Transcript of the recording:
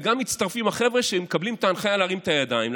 וגם מצטרפים החבר'ה שמקבלים את ההנחיה להרים את הידיים,